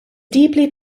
deeply